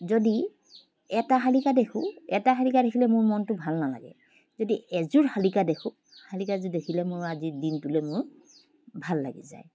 যদি এটা শালিকা দেখোঁ এটা শালিকা দেখিলে মোৰ মনটো ভাল নালাগে যদি এযোৰ শালিকা দেখোঁ শালিকাযোৰ দেখিলে মোৰ আজি দিনটোলৈ মোৰ ভাল লাগি যায়